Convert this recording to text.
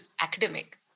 academic